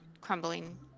crumbling